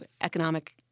economic